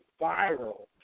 viral